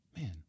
man